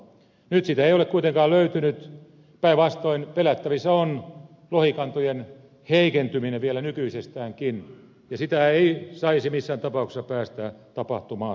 nyt sitä ei ole kuitenkaan löytynyt päinvastoin pelättävissä on lohikantojen heikentyminen vielä nykyisestäänkin ja sitä ei saisi missään tapauksessa päästää tapahtumaan